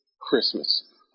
Christmas